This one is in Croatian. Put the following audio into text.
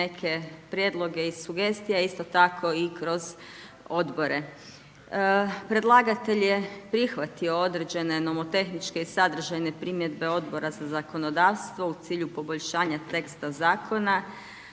neke prijedloge i sugestije, a isto tako i kroz Odbore. Predlagatelj je prihvatio određene nomotehničke i sadržajne primjedbe Odbora za zakonodavstvo u cilju poboljšanja teksta zakona,